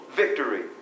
victory